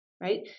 right